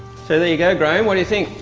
so there you go, graeme. what do you think?